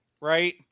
right